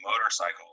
motorcycle